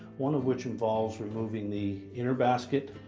one of which involves removing the inner basket,